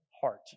heart